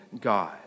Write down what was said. God